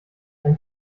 ein